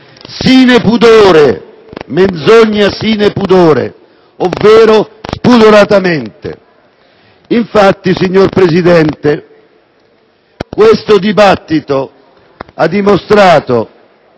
*Sine pudore*, menzogna *sine pudore*, ovvero spudoratamente. Signor Presidente, questo dibattito ha infatti